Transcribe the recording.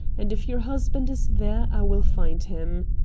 and if your husband is there i will find him.